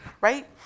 right